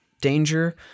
danger